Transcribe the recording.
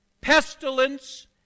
pestilence